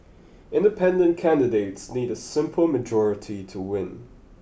independent candidates need a simple majority to win